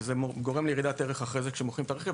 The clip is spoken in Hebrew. וזה גורם לירידת ערך אחרי זה כשמוכרים את הרכב.